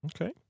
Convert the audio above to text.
Okay